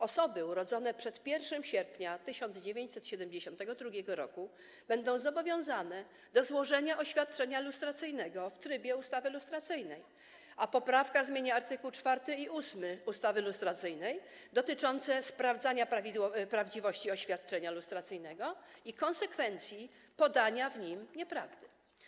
Osoby urodzone przed 1 sierpnia 1972 r. będą obowiązane do złożenia oświadczenia lustracyjnego w trybie ustawy lustracyjnej, a poprawka zmienia art. 4 i 8 ustawy lustracyjnej dotyczące sprawdzania prawdziwości oświadczenia lustracyjnego i konsekwencji podania w nim nieprawdy.